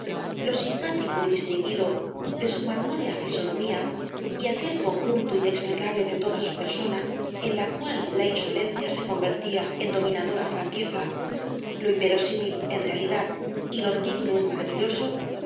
lo simpático y distinguido de su marmórea fisonomía y aquel conjunto inexplicable de toda su persona en la cual la insolencia se convertía en dominadora franqueza lo inverosímil en realidad y lo ridículo en maravilloso